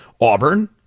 Auburn